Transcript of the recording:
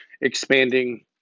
expanding